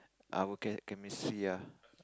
our chem~ chemistry ya